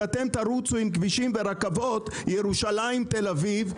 אתם תרוצו עם כבישים ורכבות לירושלים ולתל אביב,